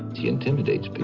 he intimidates